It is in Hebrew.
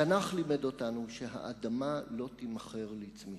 התנ"ך לימד אותנו שהאדמה לא תימכר לצמיתות.